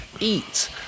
eat